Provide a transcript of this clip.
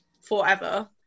forever